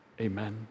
Amen